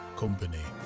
company